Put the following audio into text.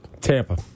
Tampa